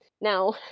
Now